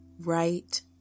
right